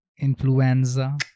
Influenza